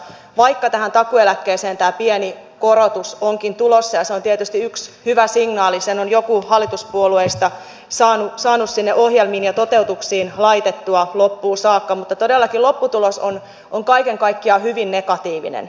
vaikka tähän takuueläkkeeseen tämä pieni korotus onkin tulossa se on tietysti yksi hyvä signaali sen on joku hallituspuolueista saanut sinne ohjelmiin ja toteutuksiin laitettua loppuun saakka todellakin lopputulos on kaiken kaikkiaan hyvin negatiivinen